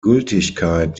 gültigkeit